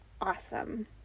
awesome